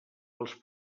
els